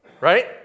Right